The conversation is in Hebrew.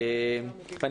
אני